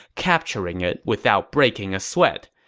capturing it without breaking a sweat.